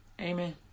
Amen